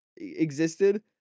existed